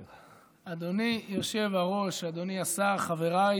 אדוני היושב-ראש, אדוני השר, חבריי